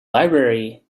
library